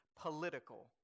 political